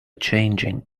changing